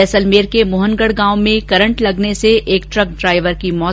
जैसलमेर के मोहनगढ गांव में करंट लगने से एक ट्रक ड्राइवर की मौत हो गई